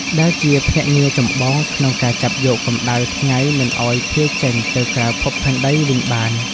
ដែលជាភ្នាក់ងារចម្បងក្នុងការចាប់យកកម្ដៅថ្ងៃមិនឱ្យភាយចេញទៅក្រៅភពផែនដីវិញបាន។